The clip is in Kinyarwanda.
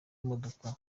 imodoka